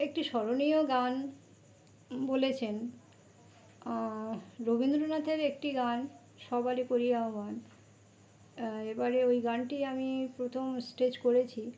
একটি স্মরণীয় গান বলেছেন রবীন্দ্রনাথের একটি গান সবারে করি আহ্বান এবারে ওই গানটি আমি প্রথম স্টেজ করেছি